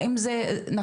האם זה נכון?